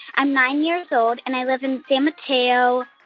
i'm nine years old, and i live in san mateo,